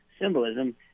symbolism